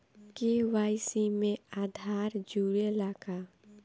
KYC में आधार जुड़े ला का?